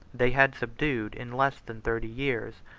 they had subdued, in less than thirty years,